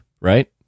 right